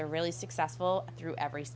they're really successful through every